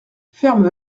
ferme